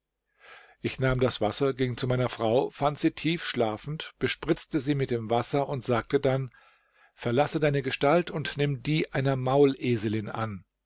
ich nahm das wasser ging zu meiner frau fand sie tief schlafend bespritzte sie mit dem wasser und sagte dann verlasse deine gestalt und nimm die einer mauleselin an